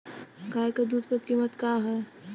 गाय क दूध क कीमत का हैं?